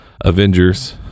Avengers